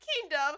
kingdom